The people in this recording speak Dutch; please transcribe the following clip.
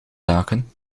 zaken